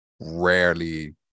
rarely